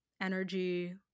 energy